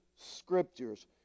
scriptures